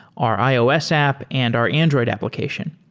our ios app and our android application.